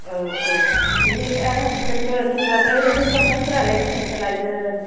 औ औ बेनिफ्राय आं बेखौनोथ' जेनेबा ओरैनो सेमसांफोरालाय बेसेबांसो लायो